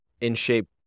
in-shape